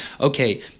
Okay